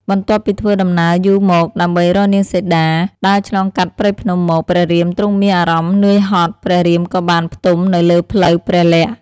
បន្ទាប់ពីធ្វើដំណើរយូរមកដើម្បីរកនាងសីតា ដើរឆ្លងកាត់ព្រៃភ្នំមក ព្រះរាមទ្រង់មានអារម្មណ៍នឿយហត់ ព្រះរាមក៏បានផ្ទំនៅលើភ្លៅព្រះលក្សណ៍។